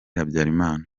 habyarimana